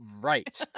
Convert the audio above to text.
Right